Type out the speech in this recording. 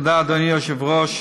תודה, אדוני היושב-ראש.